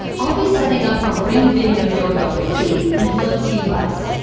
i'll be setting up a ring video doorbell three and philips hue lights.